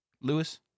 Lewis